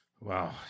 Wow